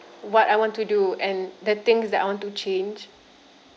what I want to do and the things that I want to change